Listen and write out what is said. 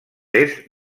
est